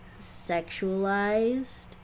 sexualized